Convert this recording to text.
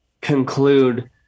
conclude